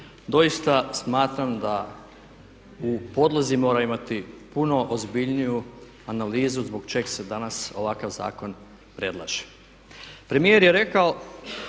Doista smatram da u podlozi mora imati puno ozbiljniju analizu zbog čega se danas ovakav zakon predlaže. Premijer je rekao